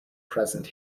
present